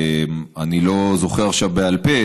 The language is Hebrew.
אני לא זוכר עכשיו בעל פה,